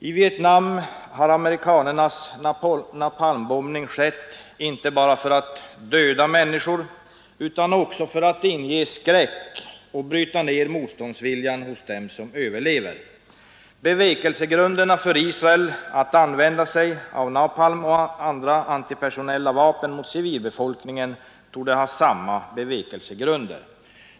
I Vietnam har amerikanernas napalmbombning skett inte bara för att döda människor utan också för att inge skräck och bryta ner motståndsviljan hos dem som överlever. Bevekelsegrunderna för Israel att använda sig av napalm och andra antipersonella vapen mot civilbefolkningen torde vara desamma.